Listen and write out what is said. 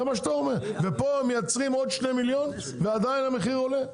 ופה מייצרים עוד 2,000,000 אפרוחים ועדיין המחיר עולה?